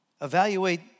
Evaluate